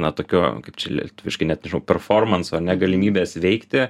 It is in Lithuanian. na tokio kaip čia lietuviškai net performanso ar ne galimybės veikti